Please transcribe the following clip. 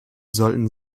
sollten